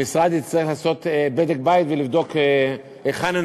המשרד יצטרך לעשות בדק בית ולבדוק היכן הם